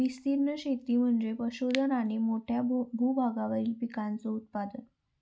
विस्तीर्ण शेती म्हणजे पशुधन आणि मोठ्या भूभागावरील पिकांचे उत्पादन